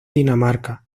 dinamarca